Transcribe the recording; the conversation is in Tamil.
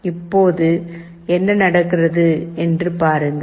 இப்போது என்ன நடக்கிறது என்று பாருங்கள்